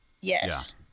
yes